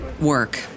work